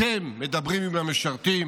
אתם מדברים עם המשרתים,